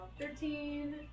thirteen